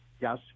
yes